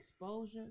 exposure